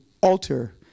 alter